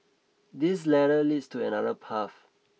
this ladder leads to another path